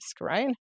Right